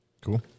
Cool